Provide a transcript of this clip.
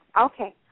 Okay